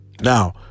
Now